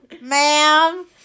Ma'am